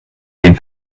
den